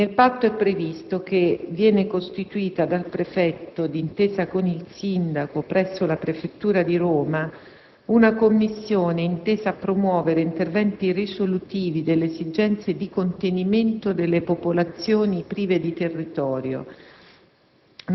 Nel patto è previsto che viene costituita dal Prefetto, d'intesa con il Sindaco, presso la Prefettura di Roma, una commissione intesa a promuovere interventi risolutivi delle esigenze di contenimento delle popolazioni senza territorio,